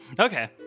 Okay